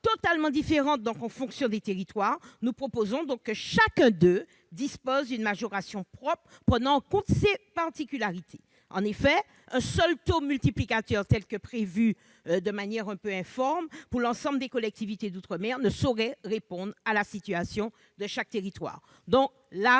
totalement différent en fonction des territoires, nous proposons que chacun d'eux dispose d'une majoration propre prenant en compte ses particularités. En effet, un seul taux multiplicateur, prévu de manière un peu informe pour l'ensemble des collectivités d'outre-mer, ne saurait répondre à la situation de chaque territoire. Je